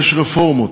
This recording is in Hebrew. יש רפורמות.